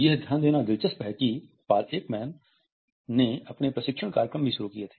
यह ध्यान देना दिलचस्प है कि पॉल एकमैन ने अपने प्रशिक्षण कार्यक्रम भी शुरू किए थे